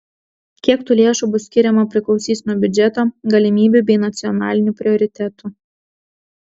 kiek tų lėšų bus skiriama priklausys nuo biudžeto galimybių bei nacionalinių prioritetų